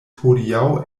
hodiaŭ